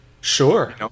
Sure